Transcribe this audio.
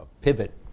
pivot